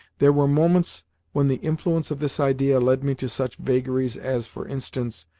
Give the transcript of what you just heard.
there were moments when the influence of this idea led me to such vagaries as, for instance,